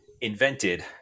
invented